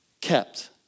kept